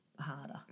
harder